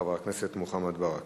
חבר הכנסת מוחמד ברכה.